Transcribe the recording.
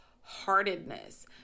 heartedness